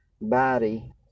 body